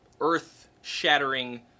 earth-shattering